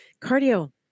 Cardio